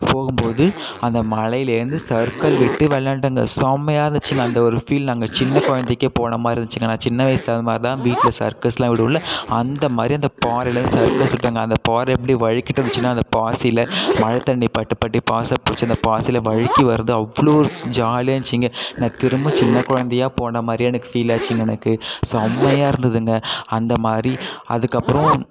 போகும் போது அந்த மலையிலேருந்து சறுக்கல் விட்டு விளையாண்டேங்க செமையாக இருந்துச்சுங்க அந்த ஒரு ஃபீல் நாங்கள் சின்ன குழந்தைக்கே போன மாதிரி இருந்துச்சுங்க நான் சின்ன வயசில் இத மாரி தான் வீட்டில் சர்க்கஸ்லாம் விடுவோம்ல அந்த மாரி அந்த பாறையிலேர்ந்து சர்க்கஸ் விட்டேங்க அந்த பாறை அப்படியே வழுக்கிட்டு வந்துச்சுன்னா அந்த பாசியில மழை தண்ணி பட்டு பட்டு பாசை பிடிச்சி அந்த பாசியில வழுக்கி வருது அவ்வளோ ஒரு ஜாலியாக இருந்துச்சுங்க நான் திரும்ப சின்ன குழந்தையா போன மாதிரி எனக்கு ஃபீல் ஆச்சுங்க எனக்கு செம்மையாக இருந்துதுங்க அந்த மாரி அதற்கப்பறோம்